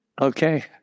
Okay